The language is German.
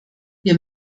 wir